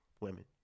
women